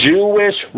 Jewish